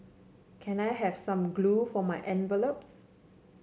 can I have some glue for my envelopes